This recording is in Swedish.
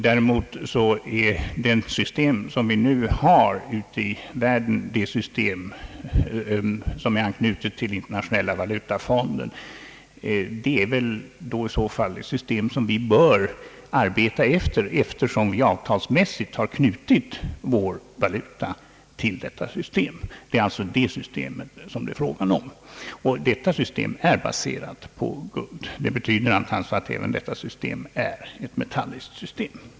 Däremot är det system som vi nu har i världen — det system som är anknutet till Internationella valutafonden — ett system som vi bör arbeta efter då vi avtalsmässigt har knutit vår valuta till det. Det är alltså detta system som det här är fråga om, och det är baserat på guld. Det betyder att även detta system är ett metalliskt system.